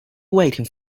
waiting